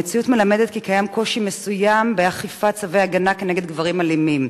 המציאות מלמדת כי קיים קושי מסוים באכיפת צווי הגנה כנגד גברים אלימים.